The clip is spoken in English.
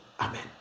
Amen